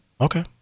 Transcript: Okay